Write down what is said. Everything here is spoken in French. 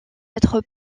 être